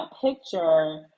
picture